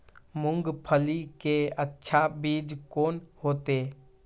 मूंगफली के अच्छा बीज कोन होते?